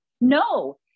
No